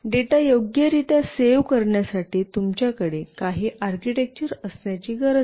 data योग्यरित्या save करण्यासाठी तुमच्याकडे काही आर्किटेक्चर असण्याची गरज आहे